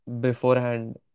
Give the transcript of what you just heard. beforehand